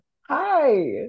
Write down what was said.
Hi